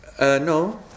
No